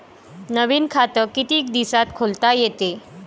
नवीन खात कितीक दिसात खोलता येते?